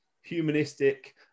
humanistic